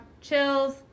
chills